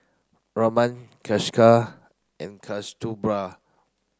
Ramanand Kailash and Kasturba